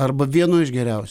arba vienu iš geriausių